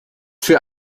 für